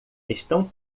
estão